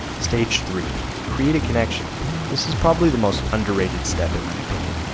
stage three create a connection. this is probably the most underrated step in my opinion.